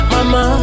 Mama